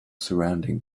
surrounding